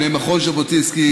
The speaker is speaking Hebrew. בני מכון ז'בוטינסקי,